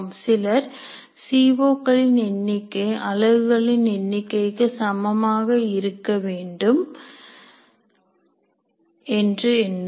சிலர் சீ ஓ களில் எண்ணிக்கை அலகுகளின் எண்ணிக்கைக்கு சமமாக இருக்க வேண்டும் என்று எண்ணுவர்